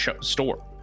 store